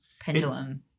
pendulum